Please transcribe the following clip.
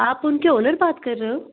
आप उनके ऑनर बात कर रहे हो